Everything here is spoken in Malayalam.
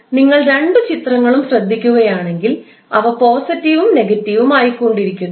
അതിനാൽ നിങ്ങൾ രണ്ടു ചിത്രങ്ങളും ശ്രദ്ധിക്കുകയാണെങ്കിൽ അവ പോസിറ്റീവും നെഗറ്റീവും ആയിക്കൊണ്ടിരിക്കുന്നു